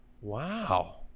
Wow